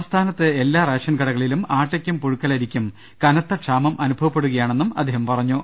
സ്സ്ഥാനത്ത് എല്ലാ റേഷൻക ടകളിലും ആട്ടയ്ക്കും പുഴുക്കലരിക്കും കനത്തക്ഷാമം അനുഭവപ്പെടു കയാണെന്നും അദ്ദേഹം പറഞ്ഞു